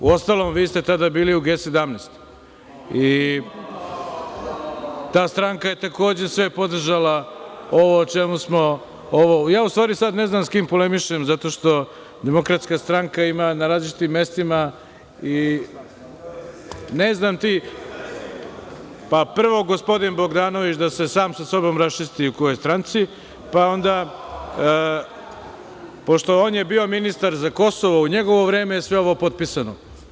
Uostalom, vi ste tada bili u G17, i ta stranka je takođe sve podržala ovo o čemu smo, ja u stvari sada više ne znam sa kime polemišem zato što DS ima na različitim mestima… (Goran Bogdanović, s mesta: Sam sa sobom.) Prvo, gospodin Bogdanović da se sam sa sobom raščisti u kojoj je stranci, pa onda, pošto je on bio ministar za Kosovo, u njegovo vreme je sve ovo potpisano.